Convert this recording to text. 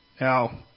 Now